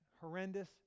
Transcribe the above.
horrendous